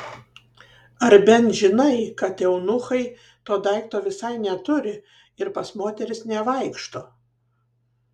ar bent žinai kad eunuchai to daikto visai neturi ir pas moteris nevaikšto